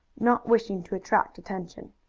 not wishing to attract attention.